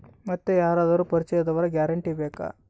ಮತ್ತೆ ಯಾರಾದರೂ ಪರಿಚಯದವರ ಗ್ಯಾರಂಟಿ ಬೇಕಾ?